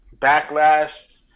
backlash